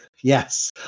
Yes